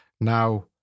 Now